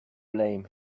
blame